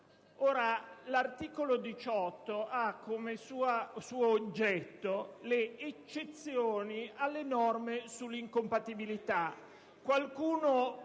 l'articolo 18 ha come oggetto le eccezioni alle norme sulle incompatibilità. Qualcuno